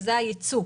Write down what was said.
שזה הייצוא.